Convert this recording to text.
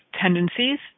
tendencies